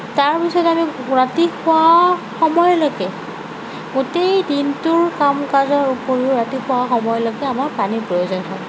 তাৰপিছত আমি ৰাতি শোৱাৰ সময়লৈকে গোটেই দিনটোৰ কাম কাযৰ উপৰিও ৰাতি শোৱা সময়লৈকে আমাৰ পানীৰ প্ৰয়োজন হয়